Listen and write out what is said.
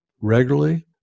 regularly